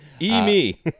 E-me